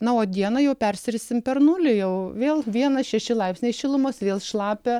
na o dieną jau persirisim per nulį jau vėl vienas šešilaipsniai šilumos vėl šlapia